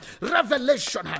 revelation